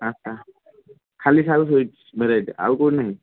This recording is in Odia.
ଆଚ୍ଛା ଖାଲି ସାଉଥ ଭେରାଇଟ ଆଉ କେଉଁଠି ନାହିଁ